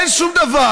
אין שום דבר.